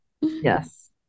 Yes